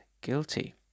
guilty